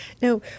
Now